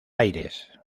aires